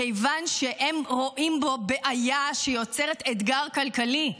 כיוון שהם רואים בו בעיה שיוצרת אתגר כלכלי.